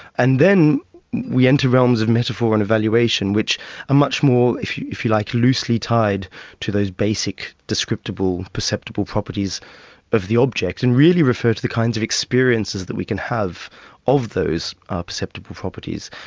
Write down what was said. and then we enter realms of metaphor and evaluation which are ah much more, if you if you like, loosely tied to those basic descriptable, perceptible properties of the object, and really refer to the kinds of experiences that we can have of those ah perceptible properties.